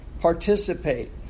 participate